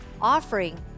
offering